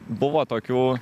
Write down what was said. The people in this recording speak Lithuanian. buvo tokių